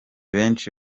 benshi